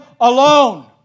alone